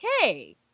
Okay